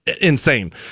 insane